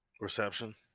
Reception